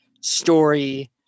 Story